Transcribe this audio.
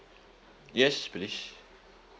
yes please